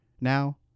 now